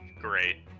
great